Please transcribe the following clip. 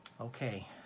Okay